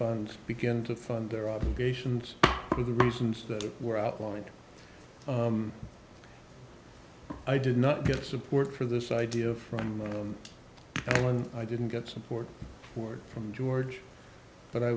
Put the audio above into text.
fund begin to fund their obligations to the reasons that were outlined i did not get support for this idea from anyone i didn't get support for from george but i